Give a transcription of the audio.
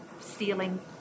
stealing